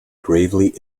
gravely